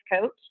coach